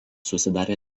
susidarė